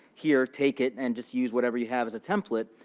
here, take it, and just use whatever you have as a template,